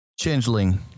Changeling